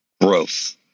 growth